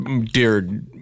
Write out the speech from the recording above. Dear